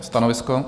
Stanovisko?